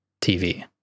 TV